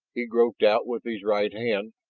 he groped out with his right hand,